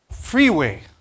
Freeway